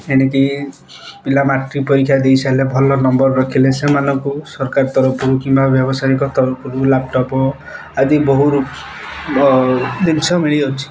ଏଣିକି ପିଲା ମାଟ୍ରିକ୍ ପରୀକ୍ଷା ଦେଇସାରିଲେ ଭଲ ନମ୍ବର୍ ରଖିଲେ ସେମାନଙ୍କୁ ସରକାର ତରଫରୁ କିମ୍ବା ବ୍ୟବସାୟିକ ତରଫରୁ ଲ୍ୟାପଟପ୍ ଆଦି ବହୁ ଜିନିଷ ମିଳୁଅଛି